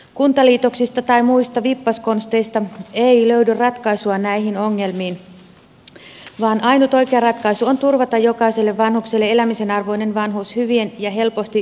kuntaliitoksista tai muista vippaskonsteista ei löydy ratkaisua näihin ongelmiin vaan ainut oikea ratkaisu on turvata jokaiselle vanhukselle elämisen arvoinen vanhuus hyvien ja helposti saavutettavien peruspalveluiden avulla